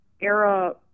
era